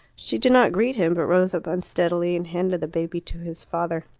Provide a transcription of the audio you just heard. she did not greet him, but rose up unsteadily and handed the baby to his father.